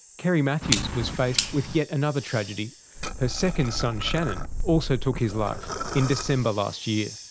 kerrie matthews was faced with yet another tragedy her second son shannon also took his life in december last year.